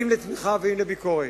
אם לתמיכה ואם לביקורת.